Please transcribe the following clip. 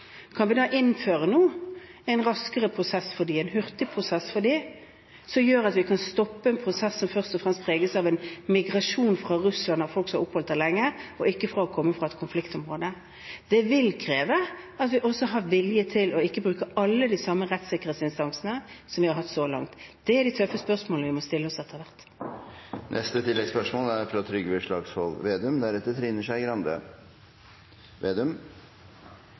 vi nå kan innføre en raskere prosess for dem, en hurtigprosess, som gjør at vi kan stoppe en prosess som først og fremst preges av en migrasjon fra Russland av folk som har oppholdt seg der lenge, og ikke kommer fra et konfliktområde. Det vil kreve at vi også har vilje til ikke å bruke alle de samme rettssikkerhetsinstansene som vi har hatt så langt. Det er de tøffe spørsmålene vi må stille oss etter hvert.